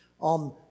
on